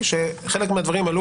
הרעיון המסדר הוא